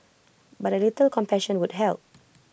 but A little compassion would help